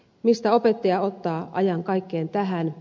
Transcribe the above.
mistä opettaja ottaa ajan kaikkeen tähän